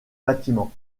bâtiment